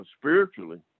spiritually